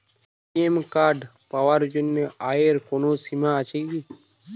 ATM card পাওয়ার জন্য আয়ের কোনো সীমা আছে কি?